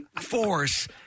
force